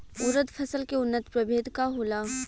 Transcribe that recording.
उरद फसल के उन्नत प्रभेद का होला?